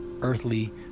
earthly